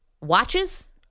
Watches